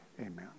amen